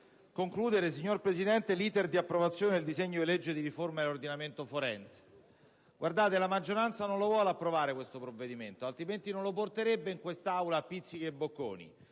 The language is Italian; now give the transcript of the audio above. nel senso di concludere l'*iter* di approvazione del disegno di legge di riforma dell'ordinamento forense. Guardate, la maggioranza non lo vuole approvare questo provvedimento, altrimenti non lo porterebbe in quest'Aula a spizzichi e bocconi,